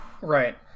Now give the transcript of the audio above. Right